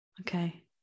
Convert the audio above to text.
okay